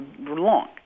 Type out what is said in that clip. long